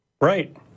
Right